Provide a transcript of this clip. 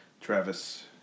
Travis